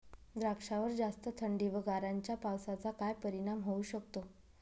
द्राक्षावर जास्त थंडी व गारांच्या पावसाचा काय परिणाम होऊ शकतो?